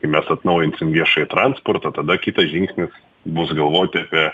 kai mes atnaujinsim viešąjį transportą tada kitas žingsnis bus galvot apie